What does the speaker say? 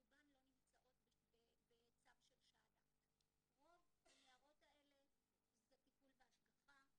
רובן לא נמצאות בצו של --- רוב הנערות האלה זה טיפול והשגחה,